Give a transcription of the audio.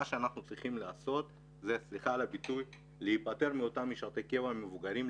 אנחנו צריכים להיפתר מאותם משרתי קבע המבוגרים,